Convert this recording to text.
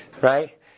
right